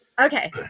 okay